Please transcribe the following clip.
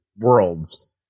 worlds